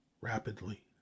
rapidly